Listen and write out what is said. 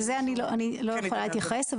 לזה אני לא יכולה להתייחס,